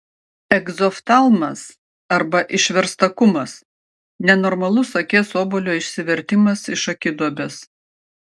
egzoftalmas arba išverstakumas nenormalus akies obuolio išsivertimas iš akiduobės